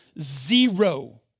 Zero